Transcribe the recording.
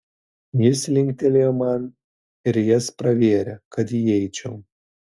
jis linktelėjo man ir jas pravėrė kad įeičiau